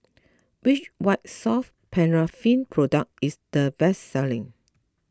which White Soft Paraffin Product is the best selling